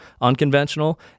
unconventional